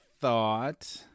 thought